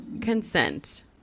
consent